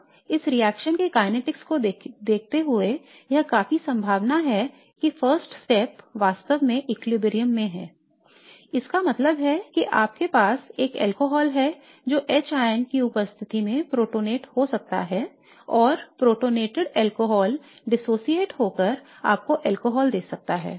अब इस रिएक्शन के kinetics को देखते हुए यह काफी संभावना है कि पहला कदम वास्तव में संतुलन में है इसका मतलब है कि आपके पास एक अल्कोहल है जो H की उपस्थिति में प्रोटोनेट हो सकता है और प्रोटोनेटेड अल्कोहल डिसोसिएट होकर आपको वापस अल्कोहल दे सकता है